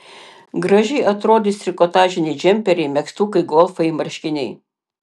gražiai atrodys trikotažiniai džemperiai megztukai golfai marškiniai